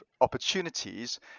opportunities